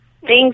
Thanks